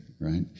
right